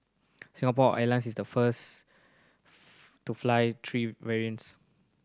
Singapore Airlines is the first to fly three variants